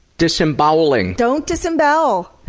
disemboweling! don't disembowel!